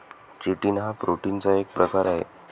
chitin हा प्रोटीनचा एक प्रकार आहे